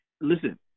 listen